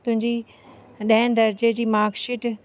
तुंहिंजी ॾह दर्ज़े जी मार्कशीट